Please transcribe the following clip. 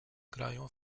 grają